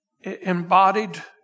embodied